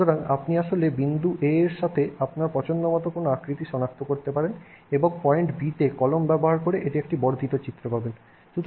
সুতরাং আপনি আসলে বিন্দু A এর সাথে আপনার পছন্দ মতো কোনও আকৃতি সনাক্ত করতে পারেন এবং পয়েন্ট B তে কলম ব্যবহার করে এটির একটি বর্ধিত চিত্র পাবেন